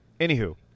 Anywho